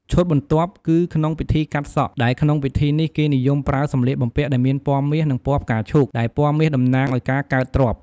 ឈុតបន្ទាប់គឺក្នុងពិធីកាត់សក់ ដែលក្នុងពិធីនេះគេនិយមប្រើសម្លៀកបំពាក់ដែលមានពណ៍មាស និងពណ៍ផ្កាឈូក ដែលពណ៍មាសតំណាងឲ្យការកើតទ្រព្យ។